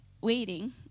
waiting